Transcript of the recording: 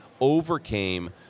overcame